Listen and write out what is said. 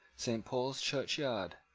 saint paul's church yard,